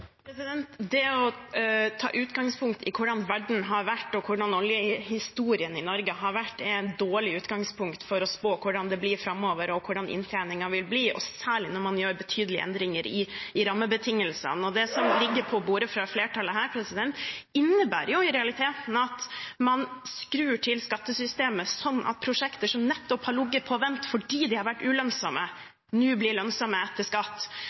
Det å ta utgangspunkt i hvordan verden har vært og hvordan oljehistorien i Norge har vært, er et dårlig utgangspunkt for å spå hvordan det blir framover og hvordan inntjeningen vil bli, og særlig når man gjør betydelige endringer i rammebetingelsene. Det som ligger på bordet fra flertallet her, innebærer i realiteten at man skrur til skattesystemet slik at prosjekter som har ligget på vent nettopp fordi de har vært ulønnsomme, nå blir lønnsomme etter skatt.